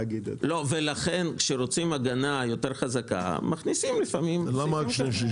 לכן כשרוצים הגנה יותר חזקה- -- אז למה רק שני שליש?